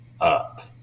up